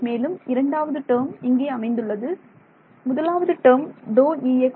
மேலும் இரண்டாவது டேர்ம் இங்கே அமைந்துள்ளது முதலாவது டேர்ம் ∂Ex∂y